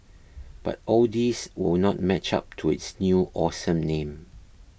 but all these will not match up to its new awesome name